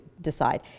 decide